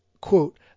quote